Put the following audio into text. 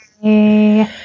Hey